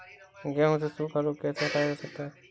गेहूँ से सूखा रोग कैसे हटाया जा सकता है?